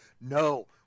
No